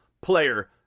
player